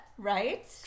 Right